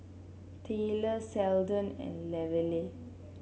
Tylor Seldon and Lavelle